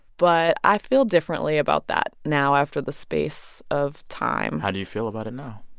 but i feel differently about that now after the space of time how do you feel about it now?